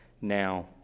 now